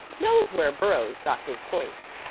knows where burrows got his points.